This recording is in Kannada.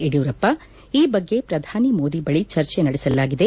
ಯಡಿಯೂರಪ್ಪ ಈ ಬಗ್ಗೆ ಪ್ರಧಾನಿ ಮೋದಿ ಬಳಿ ಚರ್ಚೆ ನಡೆಸಲಾಗಿದೆ